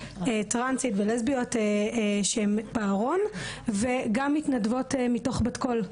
טרנסית ולסביות שהן בארון וגם מתנדבות מבת קול,